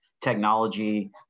technology